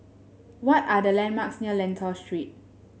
why are the landmarks near Lentor Street